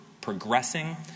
progressing